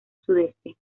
sudeste